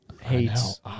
hates